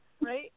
right